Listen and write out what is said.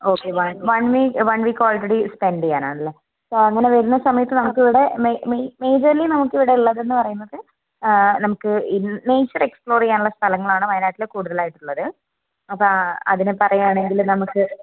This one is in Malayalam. okay ma'am one week one week already spend ചെയ്യാനാണല്ലേ സോ അങ്ങനെ വരുന്ന സമയത്ത് നമുക്കിവിടെ മെ മെയ് മേജർലി നമുക്കിവിടെ ഉള്ളതെന്ന് പറയുന്നത് നമുക്ക് ഇൻ നേച്ചർ എക്സ്പ്ലോർ ചെയ്യാനുള്ള സ്ഥലങ്ങളാണ് വായനാട്ടിൽ കൂടുതലായിട്ടുള്ളത് അപ്പം അതിനെ പറയുവാണെങ്കിൽ നമുക്ക്